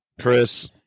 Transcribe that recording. Chris